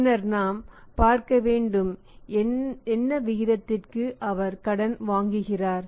பின்னர் நாம் பார்க்கவேண்டும் என்ன விகிதத்திற்கு அவர் கடன் வாங்குகிறார்